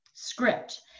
script